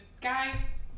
guys